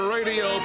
Radio